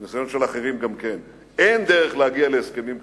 מניסיון של אחרים גם כן: אין דרך להגיע להסכמים כאלה,